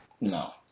No